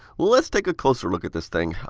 let's take a closer look at this thing.